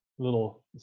little